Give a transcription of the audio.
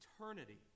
eternity